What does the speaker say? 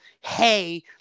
hey